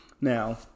Now